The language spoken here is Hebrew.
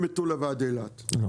ממטולה ועד אילת --- לא,